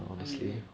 what you mean lame